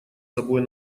собой